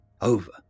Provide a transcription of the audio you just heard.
over